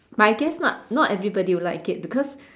my guess not not everybody will like it because